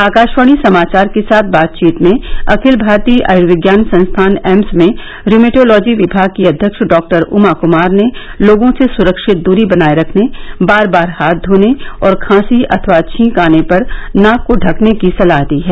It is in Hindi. आकाशवाणी समाचार के साथ बातचीत में अखिल भारतीय आयुर्विज्ञान संस्थान एम्स में रियन्टोलॉजी विभाग की अध्यक्ष डॉ उमा क्मार ने लोगों से सुरक्षित दरी बनाये रखने बार बार हाथ धोने और खांसी अथवा छींक आने पर नाक को ढकने की सलाह दी है